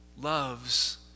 loves